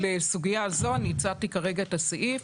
לסוגיה הזאת הצעתי כרגע את הסעיף,